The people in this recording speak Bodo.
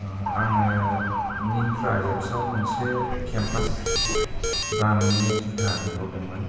आङो मिनट्रा एफसआव मोनसे केमफास ब्रान्डनि जुथा बिहरदोंमोन